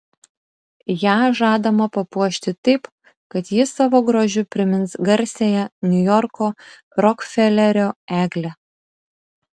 ją žadama papuošti taip kad ji savo grožiu primins garsiąją niujorko rokfelerio eglę